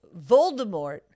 Voldemort